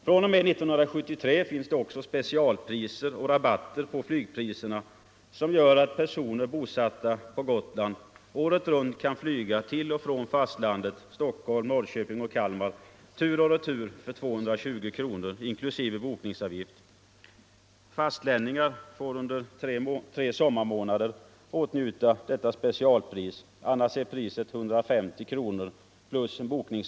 fr.o.m. 1973 finns det också specialpriser och rabatter på flygpriserna, som gör att personer bosatta på Gotland året runt kan flyga tur och retur till fastlandet — Stockholm, Norrköping och Kalmar — för 220 kronor inklusive bokningsavgift. Fastlänningar får under tre sommarmånader åtnjuta detta specialpris.